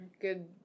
Good